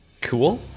Cool